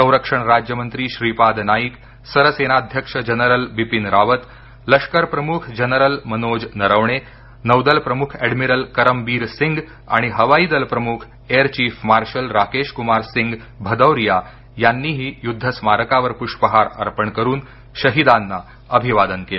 संरक्षण राज्य मंत्री श्रीपाद नाईक सरसेनाध्यक्ष जनरल बिपिन रावत लष्कर प्रमुख जनरल मनोज नरवणे नौदल प्रमुख एडमिरल करम बीर सिंग आणि हवाई दल प्रमुख air chief marshal Rakesh Kumar Singh Bhadauria यांनीही युद्ध स्मारकावर पुष्पहार अर्पण करुन शहिदांना अभिवादन केल